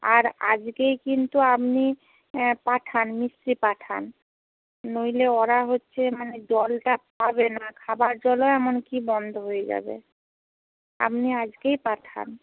আর আজকেই কিন্তু আপনি হ্যাঁ পাঠান মিস্ত্রি পাঠান নইলে ওরা হচ্ছে মানে জলটা পাবে না খাবার জলও এমনকী বন্ধ হয়ে যাবে আপনি আজকেই পাঠান